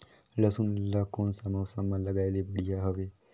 लसुन ला कोन सा मौसम मां लगाय ले बढ़िया हवे?